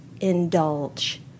indulge